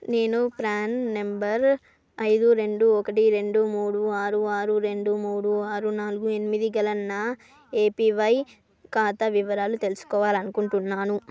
నేను PRAN number ఐదు రెండు ఒకటి రెండు మూడు ఆరు ఆరు రెండు మూడు ఆరు నాలుగు ఎనిమిది గల నా ఎపివై ఖాతా వివరాలు తెలుసుకోవాలని అనుకుంటున్నాను